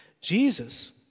Jesus